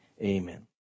Amen